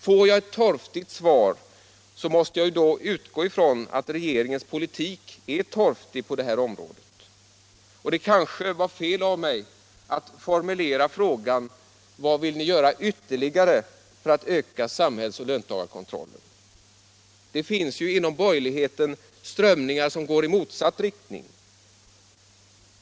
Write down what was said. Får jag ett torftigt svar, så måste jag ju utgå från att regeringens politik är torftig på det här området. Det kanske var fel av mig att formulera frågan: Vad vill ni göra ytterligare för att öka samhällsoch löntagarkontrollen? Det finns ju inom borgerligheten strömningar som går i motsatt riktning.